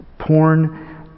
Porn